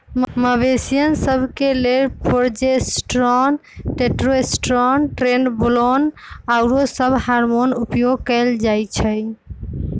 मवेशिय सभ के लेल प्रोजेस्टेरोन, टेस्टोस्टेरोन, ट्रेनबोलोन आउरो सभ हार्मोन उपयोग कयल जाइ छइ